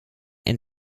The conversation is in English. and